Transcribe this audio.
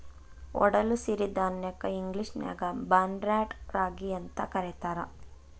ಒಡಲು ಸಿರಿಧಾನ್ಯಕ್ಕ ಇಂಗ್ಲೇಷನ್ಯಾಗ ಬಾರ್ನ್ಯಾರ್ಡ್ ರಾಗಿ ಅಂತ ಕರೇತಾರ